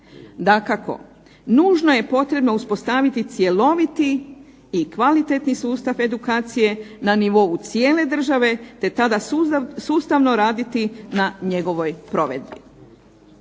Dakako, nužno je potrebno uspostaviti cjeloviti i kvalitetni sustav edukacije na nivou cijele države, te tada sustavno raditi na njegovoj provedbi.